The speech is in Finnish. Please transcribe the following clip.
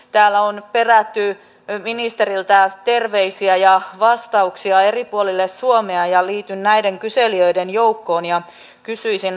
täällä on perätty ministeriltä terveisiä ja vastauksia eri puolille suomea ja liityn näiden kyselijöiden joukkoon ja kysyisin